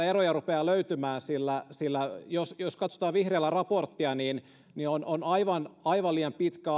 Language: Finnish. eroja rupeaa löytymään sillä sillä jos jos katsotaan vihriälän raporttia niin niin on on aivan aivan liian pitkä